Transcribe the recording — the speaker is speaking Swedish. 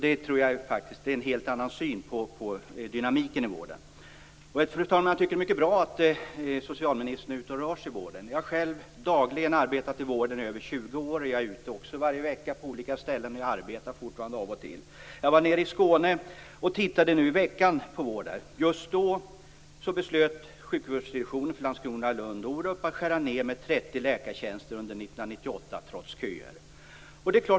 Det är en helt annan syn på dynamiken i vården. Fru talman! Jag tycker att det är mycket bra att socialministern är ute och rör sig i vården. Jag har själv dagligen arbetat i vården i över 20 år, och jag är ute varje vecka på olika ställen. Jag arbetar fortfarande av och till. Jag var nere i Skåne i veckan och tittade på vården. Just då beslöt sjukvårdsrevisionen för Landskrona och Lund att skära ned 30 läkartjänster under 1998, trots köer.